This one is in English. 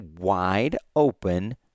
wide-open